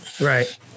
Right